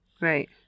Right